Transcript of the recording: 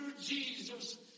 Jesus